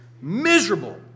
Miserable